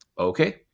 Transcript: Okay